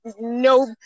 no